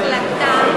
זה החלטה,